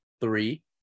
three